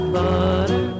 butter